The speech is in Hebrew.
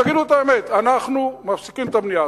תגידו את האמת: אנחנו מפסיקים את הבנייה.